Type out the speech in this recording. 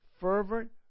fervent